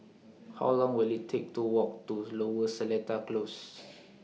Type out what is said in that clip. How Long Will IT Take to Walk to Lower Seletar Close